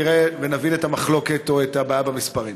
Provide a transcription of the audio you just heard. ונבין את המחלוקת או את הבעיה במספרים.